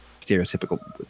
stereotypical